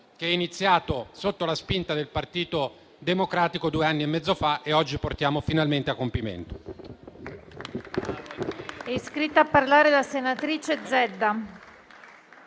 iniziato sotto la spinta del Partito Democratico due anni e mezzo fa e che oggi portiamo finalmente a compimento.